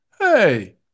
hey